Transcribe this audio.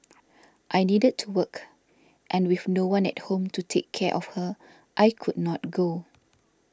i needed to work and with no one at home to take care of her I could not go